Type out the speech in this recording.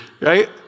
right